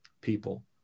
people